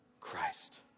Christ